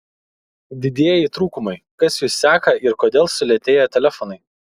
didieji trūkumai kas jus seka ir kodėl sulėtėja telefonai